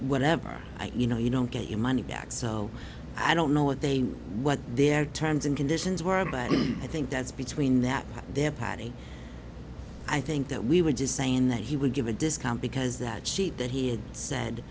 whatever you know you don't get your money back so i don't know what they what their terms and conditions were but i think that's between that their party i think that we were just saying that he would give a discount because that sheet that he had said